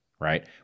right